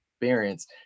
experience